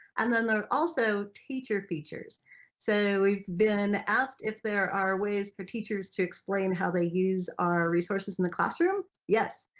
and then there are also teacher features so we've been asked if there are ways for teachers to explain how they use our resources in the classroom, yes,